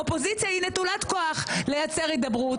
אופוזיציה היא נטולת כוח לייצר הידברות.